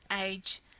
Age